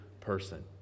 person